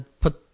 put